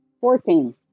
Fourteen